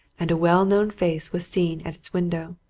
and a well-known face was seen at its window.